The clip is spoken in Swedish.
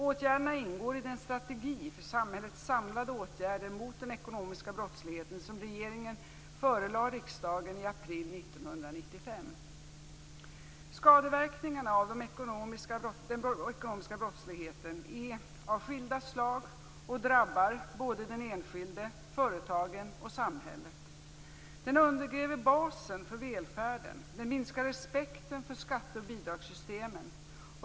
Åtgärderna ingår i den strategi för samhällets samlade åtgärder mot den ekonomiska brottsligheten som regeringen förelade riksdagen i april Skadeverkningarna av den ekonomiska brottsligheten är av skilda slag och drabbar såväl den enskilde som företagen och samhället. Den ekonomiska brottsligheten undergräver basen för välfärden. Den minskar respekten för skatte och bidragssystemen.